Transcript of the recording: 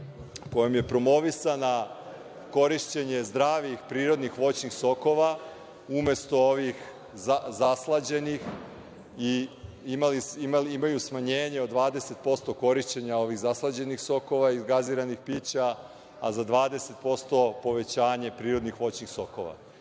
kojom je promovisano korišćenje zdravih prirodnih voćnih sokova umesto ovih zaslađenih i imaju smanjenje od 20% korišćenja ovih zaslađenih sokova i gaziranih pića, a za 20% povećanje prirodnih voćnih sokova.